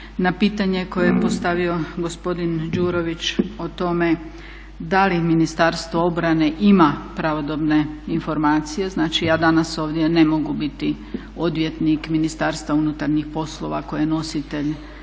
Na pitanje koje je postavio gospodin Đurović o tome da li Ministarstvo obrane ima pravodobne informacije, znači ja danas ovdje ne mogu biti odvjetnik MUP-a koje je nositelj